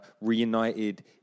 reunited